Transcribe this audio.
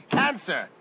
cancer